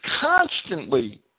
constantly